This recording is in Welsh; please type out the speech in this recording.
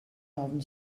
ofn